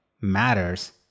matters